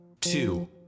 two